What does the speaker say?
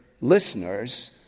listeners